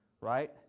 right